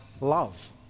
love